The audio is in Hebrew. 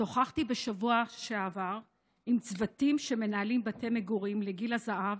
שוחחתי בשבוע שעבר עם צוותים שמנהלים בתי מגורים לגיל הזהב